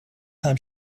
time